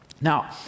Now